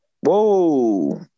Whoa